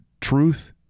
truth